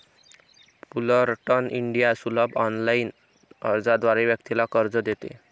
Fullerton India सुलभ online अर्जाद्वारे व्यक्तीला कर्ज देते